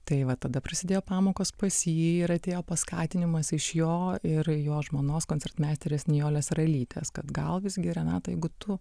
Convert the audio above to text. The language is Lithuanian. tai va tada prasidėjo pamokos pas jį ir atėjo paskatinimas iš jo ir jo žmonos koncertmeisterės nijolės ralytės kad gal visgi renata jeigu tu